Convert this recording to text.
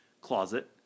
closet